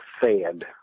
fed